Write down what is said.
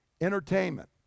Entertainment